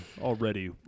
Already